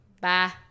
Bye